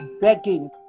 begging